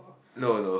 no no